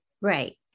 Right